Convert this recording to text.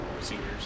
seniors